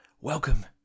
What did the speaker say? welcome